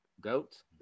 Goat